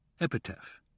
Epitaph